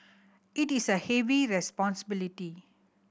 it is a heavy responsibility